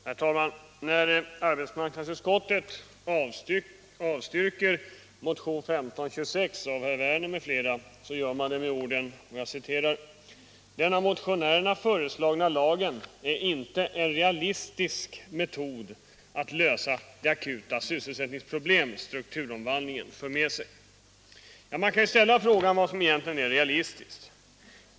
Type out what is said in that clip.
Herr talman! När arbetsmarknadsutskottet avstyrker motion 1526 av herr Werner m.fl. gör man det med orden: ”Den av motionärerna föreslagna lagen är inte en realistisk metod att lösa de akuta sysselsätt ningsproblem strukturomvandlingen för med sig.” Nr 129 Man kan ju ställa frågan vad som egentligen är realistiskt.